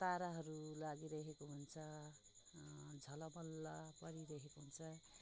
ताराहरू लागिरहेको हुन्छ झलमल्ल परिरहेको हुन्छ